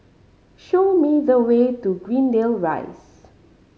show me the way to Greendale Rise